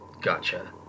gotcha